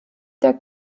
der